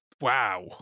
Wow